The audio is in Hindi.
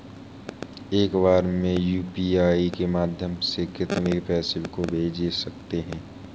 एक बार में यू.पी.आई के माध्यम से कितने पैसे को भेज सकते हैं?